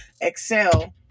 excel